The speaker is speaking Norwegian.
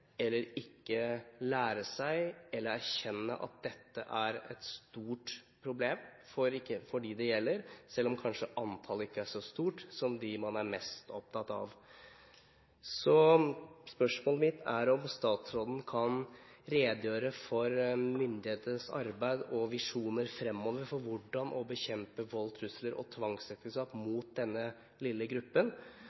eller ikke å lære seg eller erkjenne at dette er stort problem for dem det gjelder, selv om kanskje antallet ikke er så stort antallet av som dem man er mest opptatt av. Spørsmålet mitt er om statsråden kan redegjøre for myndighetenes arbeid og visjoner fremover for hvordan man skal bekjempe vold, trusler og tvangsekteskap